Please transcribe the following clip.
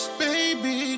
baby